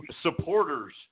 supporters